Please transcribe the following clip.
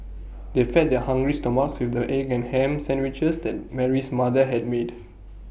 they fed their hungry stomachs with the egg and Ham Sandwiches that Mary's mother had made